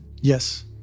Yes